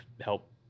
help